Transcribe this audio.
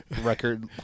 record